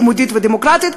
היהודית והדמוקרטית,